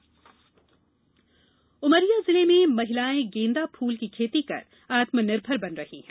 गेंदा फूल उमरिया जिले में महिलायें गेंदा फूल की खेती कर आत्मनिर्भर बन रही हैं